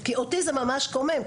כי אותי זה ממש קומם,